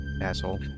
asshole